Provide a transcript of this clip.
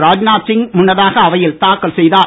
ராஜ்நாத்சிங் முன்னதாக அவையில் தாக்கல் செய்தார்